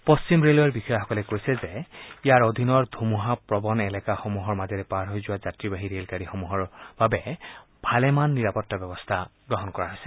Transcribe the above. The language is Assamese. পশ্চিম ৰেলৱেৰ বিষয়াসকলে কৈছে যে ইয়াৰ অধীনৰ ধুমুহা প্ৰবল এলেকাসমূহৰ মাজেৰে পাৰ হৈ যোৱা যাত্ৰীবাহী ৰেলগাড়ী সমূহৰ বাবে ভালেমান নিৰাপত্তা ব্যৱস্থা গ্ৰহণ কৰা হৈছে